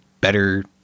better